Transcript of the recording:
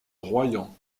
royan